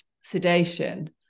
sedation